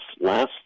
last